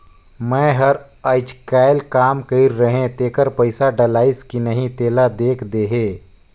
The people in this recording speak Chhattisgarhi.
मै हर अईचकायल काम कइर रहें तेकर पइसा डलाईस कि नहीं तेला देख देहे?